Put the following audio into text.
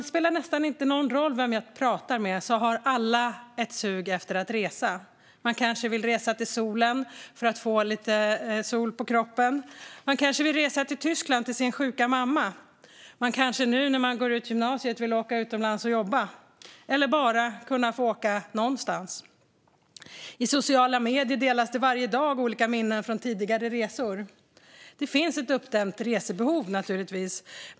Det spelar nästan ingen roll vem jag pratar med: Alla har ett sug efter att resa. Man kanske vill resa för att få lite sol på kroppen, man kanske vill resa till sin sjuka mamma i Tyskland eller man kanske vill åka utomlands och jobba när man går ut gymnasiet eller bara kunna få åka någonstans. I sociala medier delas det varje dag olika minnen från tidigare resor. Det finns ett uppdämt resebehov.